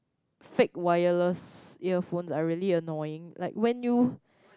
fake wireless earphones are really annoying like when you